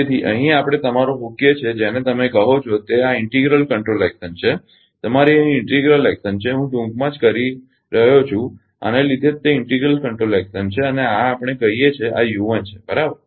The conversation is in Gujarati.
તેથી અહીં આપણે તમારુ મૂકીએ છે જેને તમે કહો છો તે આ ઇન્ટિગલ કંટ્રોલ એકશન છે તમારી અહીં ઇન્ટિગલ એકશન છે હું ટૂંકમાં જ કરી રહ્યો છું આને લીધે જ તે ઇન્ટિગલ કંટ્રોલ એકશન છે અને આ આપણે કહીએ છીએ કે આ છે બરાબર